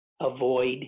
avoid